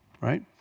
right